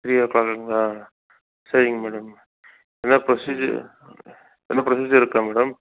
த்ரீயோ க்ளாக்குங்களா சரிங்க மேடம் எதாவது ப்ரொசீஜர் எதுன்னா ப்ரொசீஜர் இருக்கா மேடம்